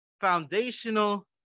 foundational